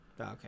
Okay